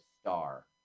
star